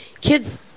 Kids